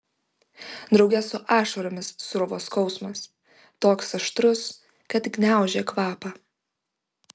drauge su ašaromis sruvo skausmas toks aštrus kad gniaužė kvapą